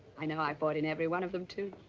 i know, i fought in every one of them too.